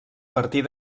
partir